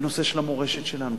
בנושא של המורשת שלנו.